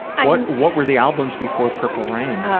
what what were the albums before purple rain?